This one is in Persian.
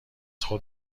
خود